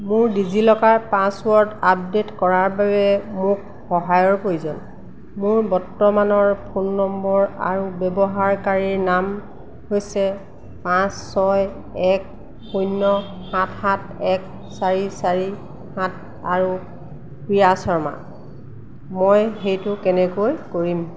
মোৰ DigiLocker password update কৰাৰ বাবে মোক সহায়ৰ প্ৰয়োজন মোৰ বৰ্তমানৰ ফোন নম্বৰ আৰু ব্যৱহাৰকাৰীৰ নাম হৈছে পাঁচ ছয় এক শূণ্য সাত সাত এক চাৰি চাৰি সাত আৰু হিয়া শৰ্মা মই সেইটো কেনেকৈ কৰিম